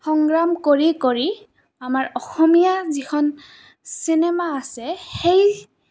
সংগ্ৰাম কৰি কৰি আমাৰ অসমীয়া যিখন চিনেমা আছে সেই